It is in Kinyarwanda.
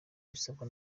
bisabwa